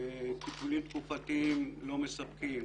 טיפולים תקופתיים לא מספקים,